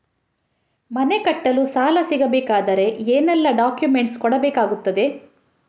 ಮನೆ ಕಟ್ಟಲು ಸಾಲ ಸಿಗಬೇಕಾದರೆ ಏನೆಲ್ಲಾ ಡಾಕ್ಯುಮೆಂಟ್ಸ್ ಕೊಡಬೇಕಾಗುತ್ತದೆ?